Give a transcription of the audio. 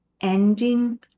ending